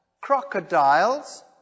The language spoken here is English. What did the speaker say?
crocodiles